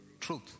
Truth